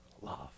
love